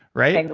right. and